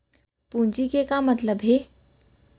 पूंजी के का मतलब हे?